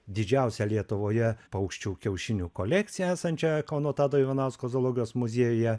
didžiausią lietuvoje paukščių kiaušinių kolekciją esančią kauno tado ivanausko zoologijos muziejuje